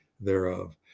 thereof